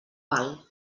val